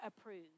approved